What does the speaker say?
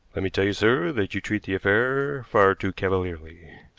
let me tell you, sir, that you treat the affair far too cavalierly.